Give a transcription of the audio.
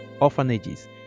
orphanages